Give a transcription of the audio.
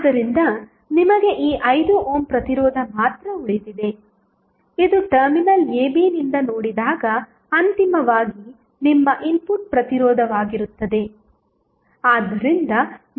ಆದ್ದರಿಂದ ನಿಮಗೆ ಈ 5 ಓಮ್ ಪ್ರತಿರೋಧ ಮಾತ್ರ ಉಳಿದಿದೆ ಇದು ಟರ್ಮಿನಲ್ ab ನಿಂದ ನೋಡಿದಾಗ ಅಂತಿಮವಾಗಿ ನಿಮ್ಮ ಇನ್ಪುಟ್ ಪ್ರತಿರೋಧವಾಗಿರುತ್ತದೆ